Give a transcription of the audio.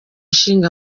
ishinga